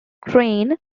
screen